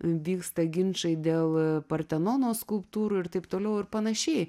vyksta ginčai dėl partenono skulptūrų ir taip toliau ir panašiai